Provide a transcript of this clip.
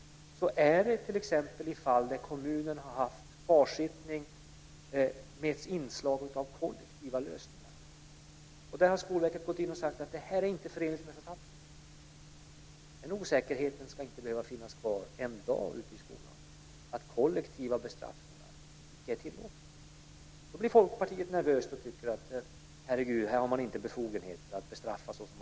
Det är t.ex. i de fall där kommunen har haft kvarsittning med inslag av kollektiva lösningar. Där har Skolverket gått in och sagt att det här inte är förenligt med författningen. Den osäkerheten ska inte behöva finnas kvar en dag ute i skolan, alltså om att kollektiva bestraffningar inte är tillåtna. Då blir Folkpartiet nervöst och tycker att - herregud, här har man inte befogenheter att bestraffa som man vill.